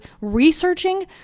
researching